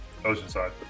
Oceanside